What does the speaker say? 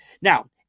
Now